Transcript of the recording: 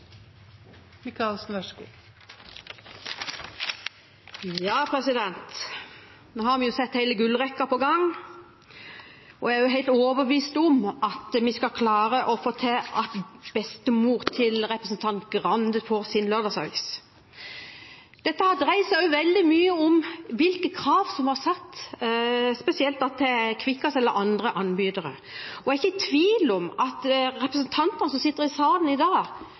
overbevist om at vi skal klare å få det til, slik at bestemor til representanten Grande får sin lørdagsavis. Dette har dreiet seg veldig mye om hvilke krav som var satt, spesielt til Kvikkas eller andre anbydere. Jeg er ikke i tvil om at representantene i salen i dag